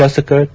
ಶಾಸಕ ಟ